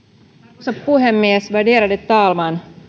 arvoisa puhemies värderade talman